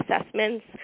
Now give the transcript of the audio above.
assessments